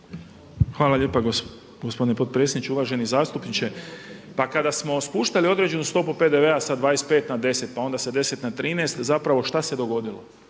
Hvala lijepa gospodine potpredsjedniče. Uvaženi zastupniče. Pa kada smo spuštali određenu stopu PDV-a sa 25 na 10 pa onda sa 10 na 13 zapravo šta se dogodilo?